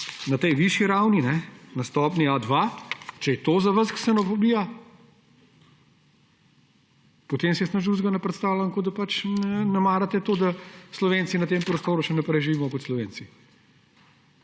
na tej višji ravni, na stopnji A2 – če je to za vas ksenofobija, potem si nič drugega ne predstavljam, kot da pač ne marate, da Slovenci na tem prostoru še naprej živimo kot Slovenci.